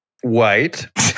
White